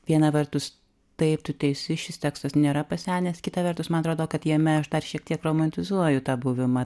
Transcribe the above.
viena vertus taip tu teisi šis tekstas nėra pasenęs kita vertus man atrodo kad jame aš dar šiek tiek romantizuoju tą buvimą